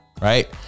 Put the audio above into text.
Right